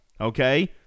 okay